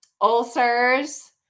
Ulcers